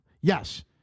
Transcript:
Yes